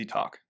Talk